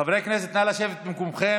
חברי הכנסת, נא לשבת במקומכם.